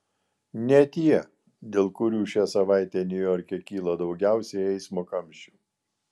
ne tie dėl kurių šią savaitę niujorke kyla daugiausiai eismo kamščių